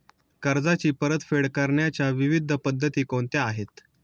कर्जाची परतफेड करण्याच्या विविध पद्धती कोणत्या आहेत?